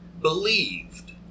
believed